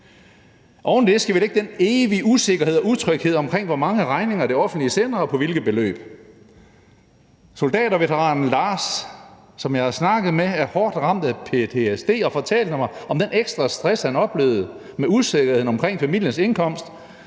Oven i det skal vi lægge den øgede usikkerhed og utryghed omkring, hvor mange regninger det offentlige sender og på hvilke beløb. Soldaterveteranen Lars, som jeg har snakket med, er hårdt ramt af ptsd og fortalte mig om den ekstra stress, han oplevede ved usikkerheden omkring familiens indkomst,